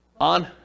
On